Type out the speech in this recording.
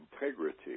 integrity